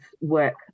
work